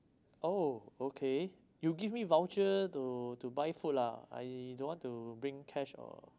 oh okay you give me voucher to to buy food lah I don't want to bring cash or